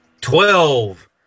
Twelve